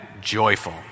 joyful